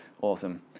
Awesome